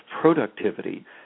productivity